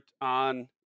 on